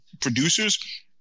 producers